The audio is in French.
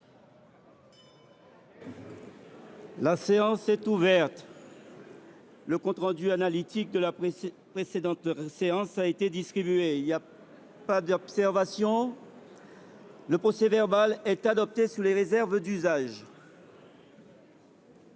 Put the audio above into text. La séance est ouverte. Le compte rendu analytique de la précédente séance a été distribué. Il n’y a pas d’observation ?… Le procès verbal est adopté sous les réserves d’usage.